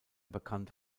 bekannt